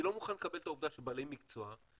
אני לא מוכן לקבל את העובדה שבעלי מקצוע נותנים